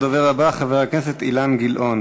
הדובר הבא, חבר הכנסת אילן גילאון.